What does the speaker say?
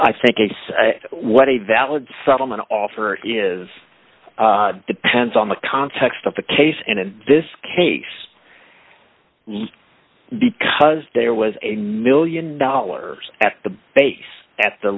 i think is what a valid settlement offer is depends on the context of the case and in this case because there was a one million dollars at the base at the